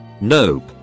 nope